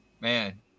man